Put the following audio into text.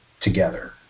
together